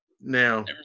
Now